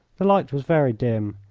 the light was very dim,